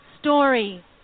story